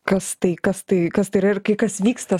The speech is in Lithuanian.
kas tai kas tai kas tai yra ir kai kas vyksta